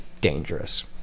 dangerous